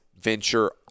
venture